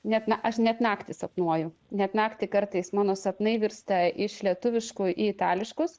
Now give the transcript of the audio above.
net na aš net naktį sapnuoju net naktį kartais mano sapnai virsta iš lietuviškų į itališkus